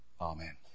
Amen